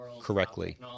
correctly